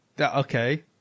okay